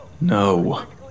No